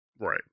right